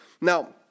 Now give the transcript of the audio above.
Now